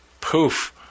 poof